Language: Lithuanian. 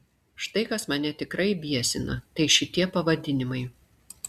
štai kas mane tikrai biesina tai šitie pavadinimai